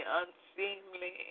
unseemly